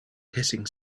hissing